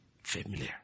Familiar